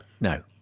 no